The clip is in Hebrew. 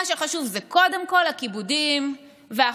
מה שחשוב זה קודם כול הכיבודים והחוקים